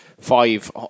Five